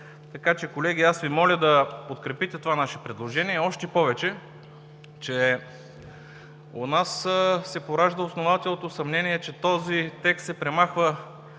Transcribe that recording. съвет. Колеги, затова моля да подкрепите това наше предложение, още повече че у нас се поражда основателното съмнение, че текстът се премахва